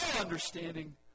understanding